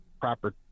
proper